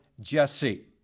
Jesse